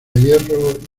hierro